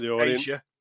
Asia